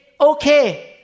okay